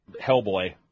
Hellboy